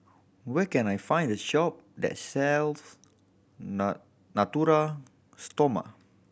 where can I find a shop that sells Natura Stoma